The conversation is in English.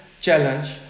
challenge